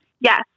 Yes